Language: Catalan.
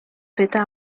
feta